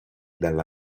dalla